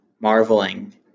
marveling